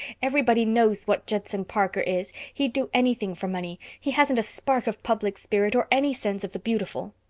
everybody knows what judson parker is. he'd do anything for money. he hasn't a spark of public spirit or any sense of the beautiful.